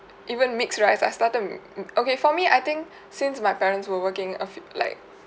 even mixed rice I started m~ okay for me I think since my parents were working a f~ like